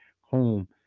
home